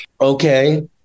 okay